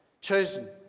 Chosen